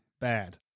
Bad